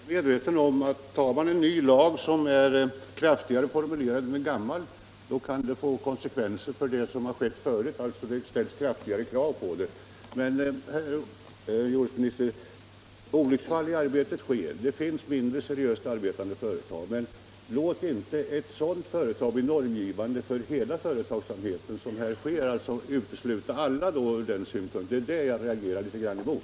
Fru talman! Jag är medveten om att det, om man antar en ny lag som är hårdare formulerad än en gammal, kan få konsekvenser när det gäller sådant som skett tidigare. Det ställs hårdare krav. Olycksfall i arbetet sker, herr jordbruksminister. Det finns mindre seriöst arbetande företag, det vet jag, men låt inte ett sådant företag bli normgivande för hela företagsamheten, så att alla utesluts från möjlighet att bedriva denna verksamhet. Det är det jag reagerar mot.